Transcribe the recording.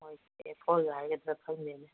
ꯃꯣꯏꯁꯦ ꯐꯣꯔꯒ ꯍꯥꯏꯒꯗ꯭ꯔꯥ ꯈꯪꯗꯦꯅꯦ